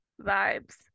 vibes